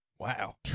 Wow